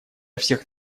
всех